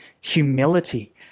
humility